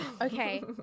Okay